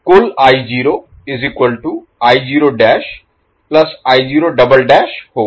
कुल होगा